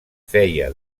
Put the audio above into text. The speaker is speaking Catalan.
feia